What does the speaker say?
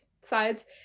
sides